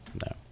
No